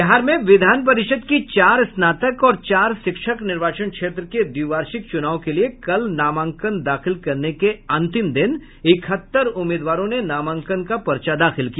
बिहार में विधान परिषद की चार स्नातक और चार शिक्षक निर्वाचन क्षेत्र के द्विवार्षिक चूनाव के लिए कल नामांकन दाखिल करने के अंतिम दिन इकहत्तर उम्मीदवारों ने नामांकन का पर्चा दाखिल किया